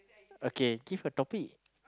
okay give a topic